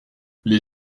les